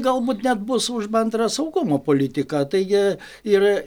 galbūt net bus už bendrą saugumo politiką taigi ir